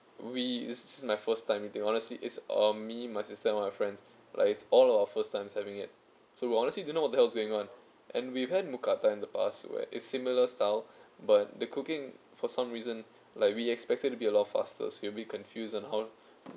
we it's my first time you think honestly it's um me my sister and one of my friends like it's all of our first times having it so we honestly don't know what the hell's going on and we've had mookata in the past where a similar style but the cooking for some reason like we expect it to be a lot faster so we a bit confused and all